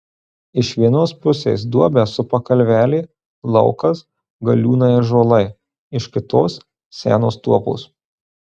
iš vienos pusės duobę supa kalvelė laukas galiūnai ąžuolai iš kitos senos tuopos